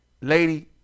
lady